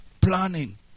planning